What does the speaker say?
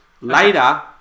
later